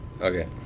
Okay